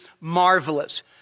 marvelous